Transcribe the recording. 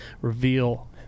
reveal